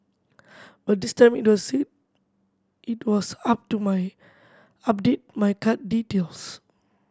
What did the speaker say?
but this time it would said it was up to my update my card details